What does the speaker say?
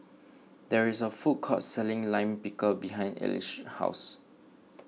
there is a food court selling Lime Pickle behind Elige's house